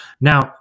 Now